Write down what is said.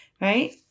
Right